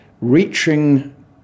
reaching